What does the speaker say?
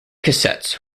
cassettes